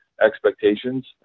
expectations